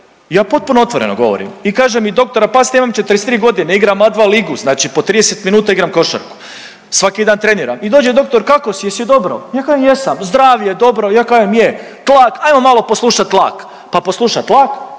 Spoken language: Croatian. ja potpuno otvoreno govorim i kaže mi doktor, a pazite imam 43 godine, igram A2 ligu znači po 30 minuta igram košarku svaki dan treniram, i dođe doktor kako si, jesi dobro, ja kažem jesam, zdrav je dobro, ja kažem je, tlak, ajmo poslušat tlak, pa posluša tlak,